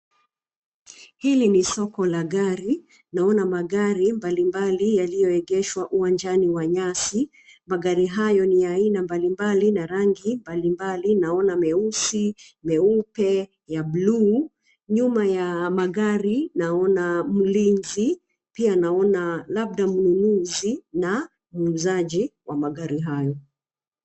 Hili ni soko la gari. Naona magari mbalimbali yaliyoegeshwa uwanjani wa nyasi. Magari hayo ni ya aina mbalimbali na rangi mbalimbali naona meusi, meupe, ya bluu. Nyuma ya magari naona mlinzi pia naona labda mnunuzi na muuzaji wa magari hayo.